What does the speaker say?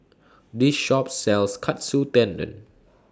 This Shop sells Katsu Tendon